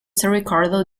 ricardo